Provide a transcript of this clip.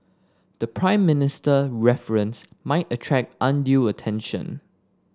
the Prime Minister reference might attract undue attention